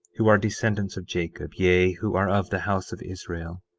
who are descendants of jacob, yea, who are of the house of israel,